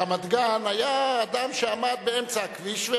ברמת-גן היה אדם שעמד באמצע הכביש,